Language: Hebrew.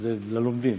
זה ללומדים.